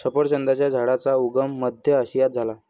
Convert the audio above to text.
सफरचंदाच्या झाडाचा उगम मध्य आशियात झाला